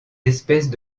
espèces